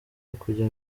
ukujya